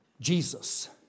Jesus